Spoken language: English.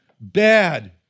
bad